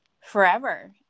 forever